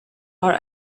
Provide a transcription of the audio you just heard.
are